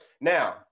Now